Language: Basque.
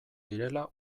direla